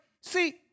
see